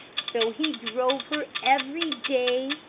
so he drove her every day,